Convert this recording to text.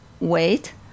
wait